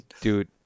Dude